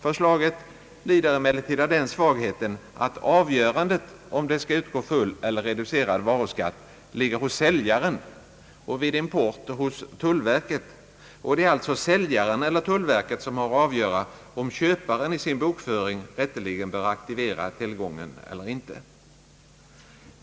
Förslaget lider emellertid av den svagheten att avgörandet om det skall utgå full eller reducerad varuskatt ligger hos säljaren och — vid import — hos tullverket. Det är alltså säljaren eller tullverket som har att avgöra om köparen i sin bokföring rätteligen bör aktivera tillgången eller inte.